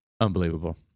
Unbelievable